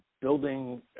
building